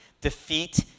defeat